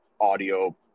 audio